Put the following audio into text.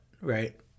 right